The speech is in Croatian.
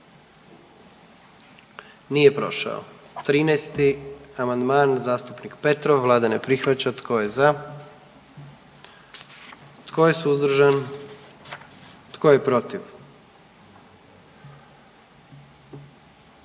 dio zakona. 44. Kluba zastupnika SDP-a, vlada ne prihvaća. Tko je za? Tko je suzdržan? Tko je protiv?